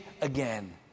again